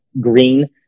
green